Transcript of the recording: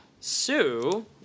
Sue